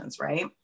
right